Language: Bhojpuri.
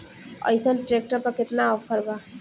अइसन ट्रैक्टर पर केतना ऑफर बा?